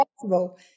possible